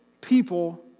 people